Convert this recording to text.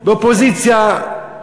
באופוזיציה,